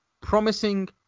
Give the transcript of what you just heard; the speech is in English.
promising